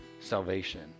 salvation